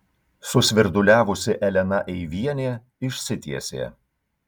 susvirduliavusi elena eivienė išsitiesė